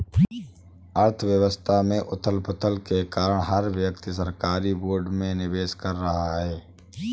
अर्थव्यवस्था में उथल पुथल के कारण हर व्यक्ति सरकारी बोर्ड में निवेश कर रहा है